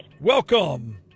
Welcome